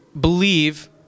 Believe